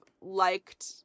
liked